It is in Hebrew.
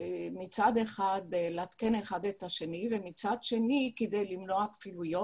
מצד אחד לעדכן אחד את השני ומצד שני כדי למנוע כפילויות.